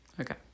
okay